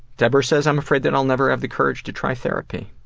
debra says i'm afraid that i'll never have the courage to try therapy.